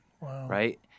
right